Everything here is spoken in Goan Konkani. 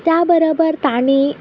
त्या बरोबर ताणी